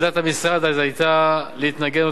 ועמדת המשרד אז היתה להתנגד,